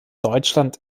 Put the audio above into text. deutschland